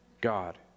God